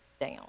down